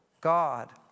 God